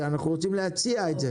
אין דבר כזה, אנחנו רוצים להציע את זה.